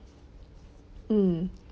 mm